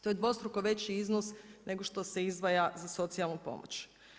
To je dvostruko veći iznos nego što se izdvaja za socijalnu pomoć.